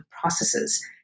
processes